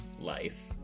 life